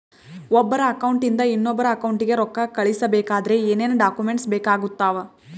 ಒಬ್ಬರ ಅಕೌಂಟ್ ಇಂದ ಇನ್ನೊಬ್ಬರ ಅಕೌಂಟಿಗೆ ರೊಕ್ಕ ಕಳಿಸಬೇಕಾದ್ರೆ ಏನೇನ್ ಡಾಕ್ಯೂಮೆಂಟ್ಸ್ ಬೇಕಾಗುತ್ತಾವ?